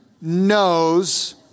knows